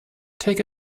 take